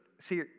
see